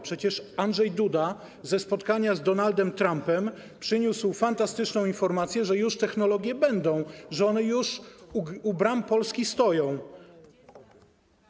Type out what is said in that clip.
Przecież Andrzej Duda ze spotkania z Donaldem Trumpem przyniósł fantastyczną informację, że technologie będą, że one już stoją u polskich bram.